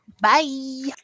Bye